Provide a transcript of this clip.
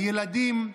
הילדים,